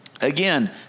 again